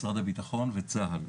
משרד הביטחון וצה"ל.